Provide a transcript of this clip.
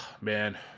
man